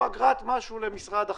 או אגרת משהו למשרד אחר,